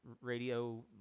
radio